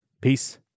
Peace